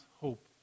hope